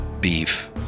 beef